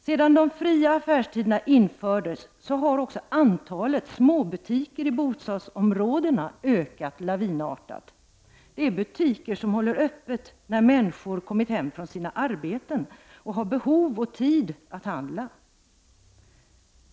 Sedan de fria affärstiderna infördes har antalet småbutiker i bostadsområdena ökat lavinartat. Det är butiker som håller öppet när människor har kommit hem från sina arbeten och har behov och tid att handla.